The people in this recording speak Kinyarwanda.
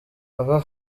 papa